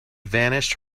vanished